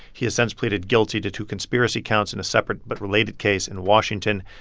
he has since pleaded guilty to two conspiracy counts in a separate but related case in washington.